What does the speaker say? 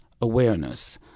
awareness